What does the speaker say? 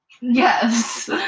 Yes